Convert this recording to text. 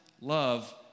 love